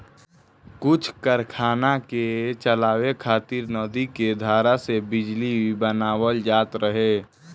कुछ कारखाना के चलावे खातिर नदी के धारा से बिजली बनावल जात रहे